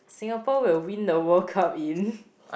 Singapore will win the World-Cup in